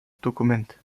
dokument